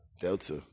Delta